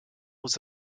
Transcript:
was